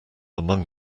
among